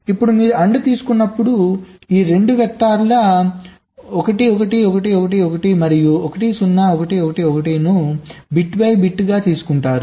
ఇప్పుడు మీరు AND తీసుకున్నప్పుడు ఈ 2 వెక్టర్ల 1 1 1 1 1 మరియు 1 0 1 11 ను బిట్ బై బిట్ గా తీసుకుంటారు